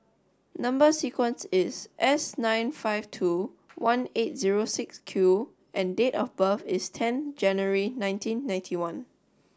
number sequence is S nine five two one eight zero six Q and date of birth is ten January nineteen ninety one